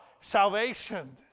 salvation